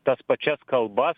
tas pačias kalbas